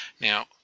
Now